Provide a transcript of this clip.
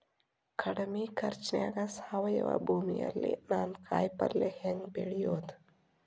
ಕಡಮಿ ಖರ್ಚನ್ಯಾಗ್ ಸಾವಯವ ಭೂಮಿಯಲ್ಲಿ ನಾನ್ ಕಾಯಿಪಲ್ಲೆ ಹೆಂಗ್ ಬೆಳಿಯೋದ್?